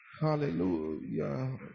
hallelujah